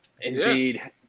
Indeed